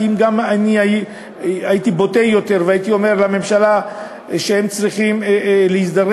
כי אם הייתי בוטה יותר והייתי אומר לממשלה שהם צריכים להזדרז,